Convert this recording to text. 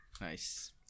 nice